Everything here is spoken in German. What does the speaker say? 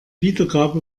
wiedergabe